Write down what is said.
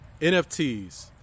nfts